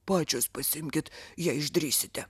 pačios pasiimkit jei išdrįsite